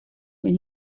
when